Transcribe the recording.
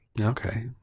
Okay